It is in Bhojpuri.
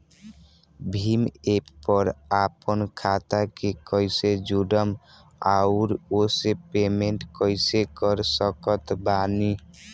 भीम एप पर आपन खाता के कईसे जोड़म आउर ओसे पेमेंट कईसे कर सकत बानी?